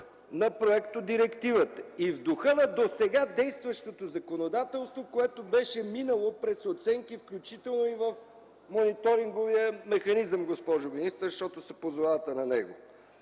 на проектодирективата и в духа на досега действащото законодателство, което беше минало през оценки, включително и в мониторинговия механизъм, госпожо министър, защото се позовавате на него.